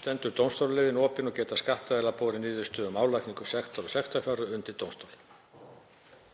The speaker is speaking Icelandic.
stendur dómstólaleiðin opin og geta skattaðilar borið niðurstöðu um álagningu sektar og sektarfjárhæð undir dómstóla.